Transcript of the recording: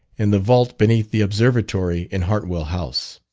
in the vault beneath the observatory in hartwell house.